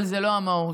אבל זו לא המהות,